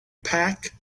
pack